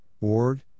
Ward